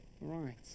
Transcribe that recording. right